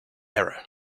error